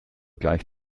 gleich